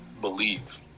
believe